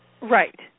Right